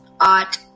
art